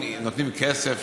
אם נותנים לממלכתי-דתי יותר כסף,